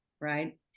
right